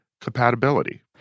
compatibility